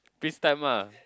peace time ah